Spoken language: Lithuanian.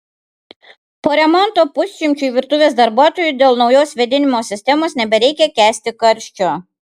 po remonto pusšimčiui virtuvės darbuotojų dėl naujos vėdinimo sistemos nebereikia kęsti karščio